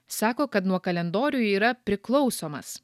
sako kad nuo kalendorių yra priklausomas